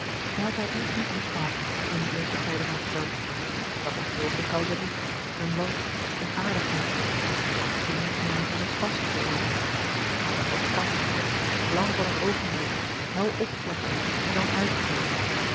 hij had haar eerst niet lief gehad in die eerste tijden van flirt dat was geweest een causerie een wals een aardigheid toen ja was het passie geworden maar wat was passie vlam van een oogenblik hel opflakkerend en dan uitgedoofd